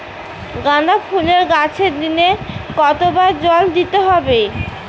গাদা ফুলের গাছে দিনে কতবার জল দিতে হবে?